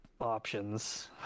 options